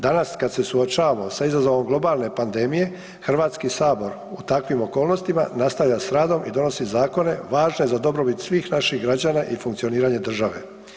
Danas kad se suočavamo sa izazovom globalne pandemije, HS u takvim okolnostima nastavlja s radom i donosi zakone važne za dobrobit svih naših građana i funkcioniranja države.